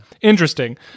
interesting